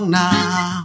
now